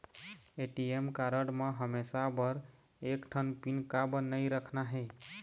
ATM card म हमेशा बर एक ठन पिन काबर नई रखना हे?